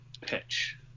pitch